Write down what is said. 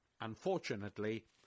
Unfortunately